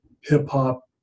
hip-hop